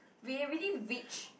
we already reach